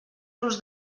los